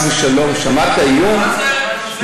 אני שומע טון של איום, חס ושלום.